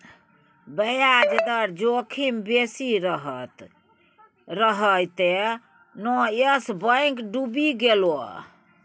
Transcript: ब्याज दर जोखिम बेसी रहय तें न यस बैंक डुबि गेलै